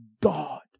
God